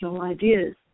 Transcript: ideas